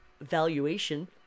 valuation